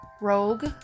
rogue